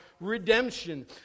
redemption